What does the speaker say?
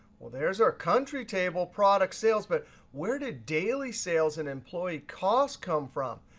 well, there's our country table product sales, but where did daily sales and employee cost come from?